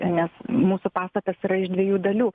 nes mūsų pastatas yra iš dviejų dalių